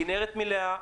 הכנרת מלאה.